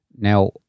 Now